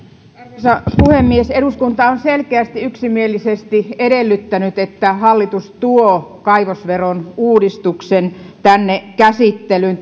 arvoisa puhemies eduskunta on selkeästi yksimielisesti edellyttänyt että hallitus tuo kaivoslain uudistuksen tänne käsittelyyn